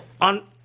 on